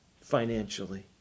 financially